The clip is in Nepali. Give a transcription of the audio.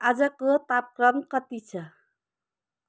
आजको तापक्रम कति छ